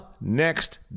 next